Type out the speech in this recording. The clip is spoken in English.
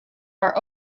are